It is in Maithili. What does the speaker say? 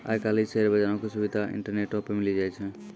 आइ काल्हि शेयर बजारो के सुविधा इंटरनेटो पे मिली जाय छै